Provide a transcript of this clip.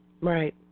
Right